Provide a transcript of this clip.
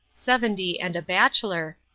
seventy and a bachelor,